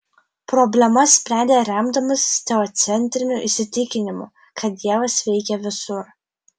problemas sprendė remdamasis teocentriniu įsitikinimu kad dievas veikia visur